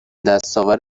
دستاورد